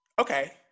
okay